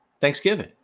Thanksgiving